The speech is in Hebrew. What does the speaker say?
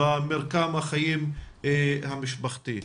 במרקם החיים המשפחתי.